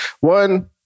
one